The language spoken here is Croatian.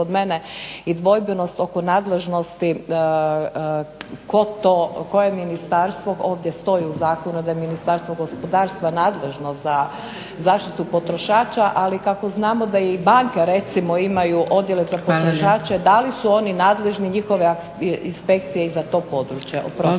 kod mene i dvojbenost oko nadležnosti tko to koje ministarstvo ovdje stoji u zakonu da je Ministarstvo gospodarstva nadležno za zaštitu potrošača, ali kako znamo da i banke recimo imaju odjele za potrošače da li su oni nadležni njihove inspekcije i za to područje. Oprostite.